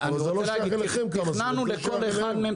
אבל זה לא שייך אליכם, כמה סירות, זה שייך אליהם.